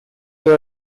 you